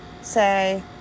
say